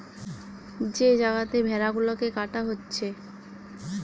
যে জাগাতে ভেড়া গুলাকে কাটা হচ্ছে